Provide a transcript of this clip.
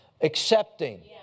accepting